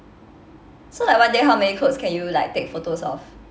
so like one day how many clothes can you like take photos of